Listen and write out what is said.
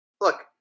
Look